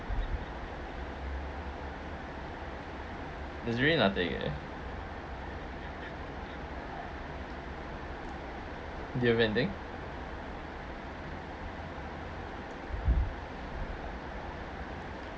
it's really nothing eh do you have anything